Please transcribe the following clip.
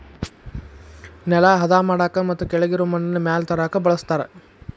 ನೆಲಾ ಹದಾ ಮಾಡಾಕ ಮತ್ತ ಕೆಳಗಿರು ಮಣ್ಣನ್ನ ಮ್ಯಾಲ ತರಾಕ ಬಳಸ್ತಾರ